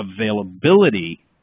availability